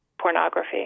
pornography